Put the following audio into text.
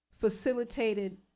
facilitated